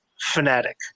fanatic